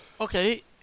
Okay